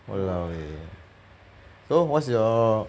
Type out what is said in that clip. !walao! eh so what's your